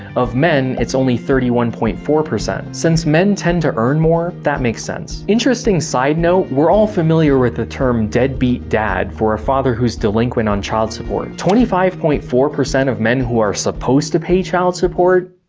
of men it's only thirty one point four. since men tend to earn more, that makes sense. interesting side note, we're all familiar with the term deadbeat dad' for a father who is delinquent on child support. twenty five point four of men who are supposed to pay child support,